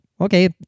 okay